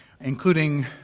including